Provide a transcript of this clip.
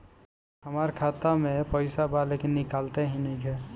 हमार खाता मे पईसा बा लेकिन निकालते ही नईखे?